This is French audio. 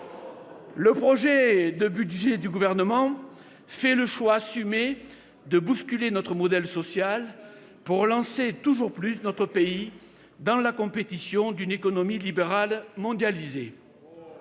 Le projet de budget du Gouvernement fait le choix assumé de bousculer notre modèle social pour lancer toujours plus notre pays dans la compétition d'une économie libérale mondialisée